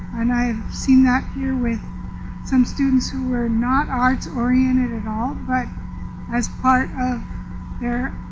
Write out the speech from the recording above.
and i have seen that here with some students who were not arts oriented at all but as part of their